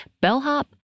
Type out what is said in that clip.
bellhop